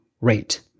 rate